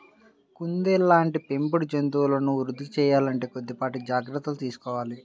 కుందేళ్ళ లాంటి పెంపుడు జంతువులను వృద్ధి సేయాలంటే కొద్దిపాటి జాగర్తలు తీసుకోవాలి